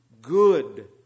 Good